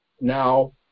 now